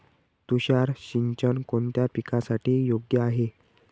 तुषार सिंचन कोणत्या पिकासाठी योग्य आहे?